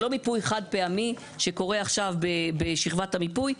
זה לא מיפוי חד פעמי שקורה עכשיו בשכבת המיפוי,